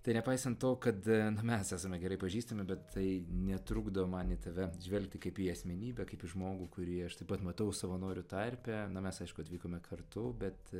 tai nepaisant to kad na mes esame gerai pažįstami bet tai netrukdo man į tave žvelgti kaip į asmenybę kaip į žmogų kurį aš taip pat matau savanorių tarpe na mes aišku atvykome kartu bet